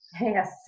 Yes